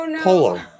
Polo